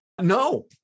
No